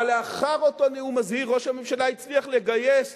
אבל לאחר אותו נאום מזהיר ראש הממשלה הצליח לגייס